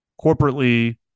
corporately